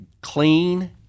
clean